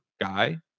guy